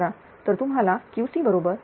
तर तुम्हाला Qc बरोबर 168